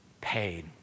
paid